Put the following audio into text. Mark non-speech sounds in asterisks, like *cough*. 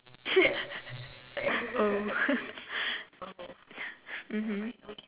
*laughs* oh *laughs* (mmhmmm)